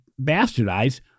bastardize